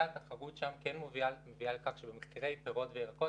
התחרות שם כן מביאה לכך שבמחירי פירות וירקות,